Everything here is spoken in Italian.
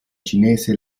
cinese